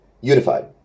unified